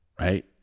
Right